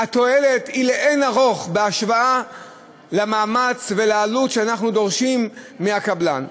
התועלת היא לאין-ערוך בהשוואה למאמץ ולעלות שאנחנו דורשים מהקבלן.